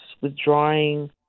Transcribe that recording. withdrawing